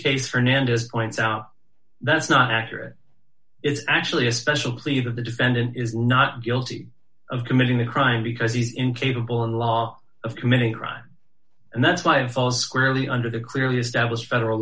case fernandez points out that's not accurate it's actually a special pleader the defendant is not guilty of committing a crime because he's incapable in law of committing a crime and that's why falls squarely under the clearly established federal